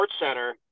SportsCenter